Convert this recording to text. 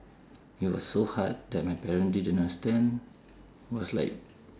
it was so hard that my parents didn't understand was like